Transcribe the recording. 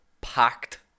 Packed